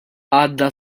għadda